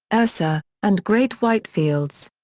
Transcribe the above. ursa, and great white fields.